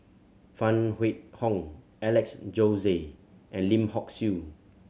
Phan Wait Hong Alex Josey and Lim Hock Siew